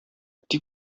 die